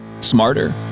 Smarter